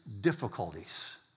difficulties